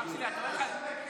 אח שלי,